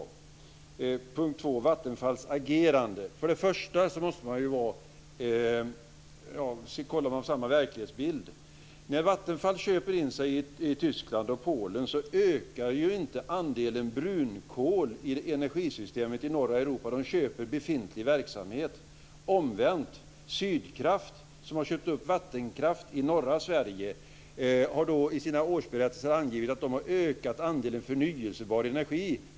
Vad gäller det som sades om Vattenfalls agerande måste vi först undersöka om vi har samma verklighetsbild. När Vattenfall köper in sig i Tyskland och Polen ökar inte andelen brunkol i energisystemet i norra Europa. Man köper befintlig verksamhet. Omvänt har Sydkraft, som har köpt upp vattenkraft i norra Sverige, i sina årsberättelser angivit att de har ökat andelen förnybar energi.